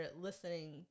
listening